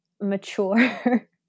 mature